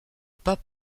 pas